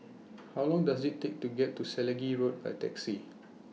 How Long Does IT Take to get to Selegie Road By Taxi